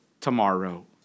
tomorrow